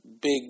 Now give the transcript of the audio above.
big